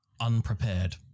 Unprepared